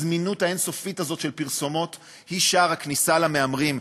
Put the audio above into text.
הזמינות האין-סופית הזאת של פרסומות היא שער הכניסה של המהמרים.